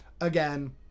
Again